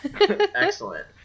Excellent